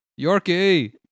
Yorkie